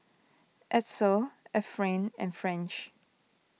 Edsel Efrain and French